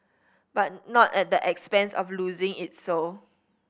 but not at the expense of losing its soul